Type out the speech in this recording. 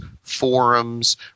forums